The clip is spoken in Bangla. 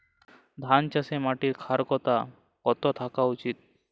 ধান চাষে মাটির ক্ষারকতা কত থাকা উচিৎ?